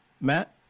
Matt